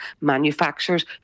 manufacturers